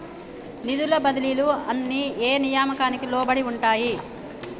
నిధుల బదిలీలు అన్ని ఏ నియామకానికి లోబడి ఉంటాయి?